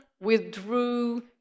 withdrew